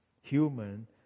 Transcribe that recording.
Human